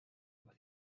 was